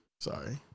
Sorry